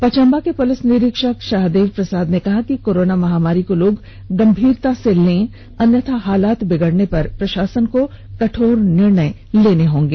पचम्बा के पुलिस निरीक्षक शहदेव प्रसाद ने कहा कि कोरोना महामारी को लोग गम्मीरता से लें अन्यथा हालात बिगड़ने पर प्रशासन को कठोर निर्णय लेने पड़ेंगे